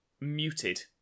muted